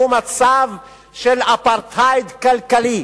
הוא מצב של אפרטהייד כלכלי.